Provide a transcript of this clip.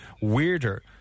weirder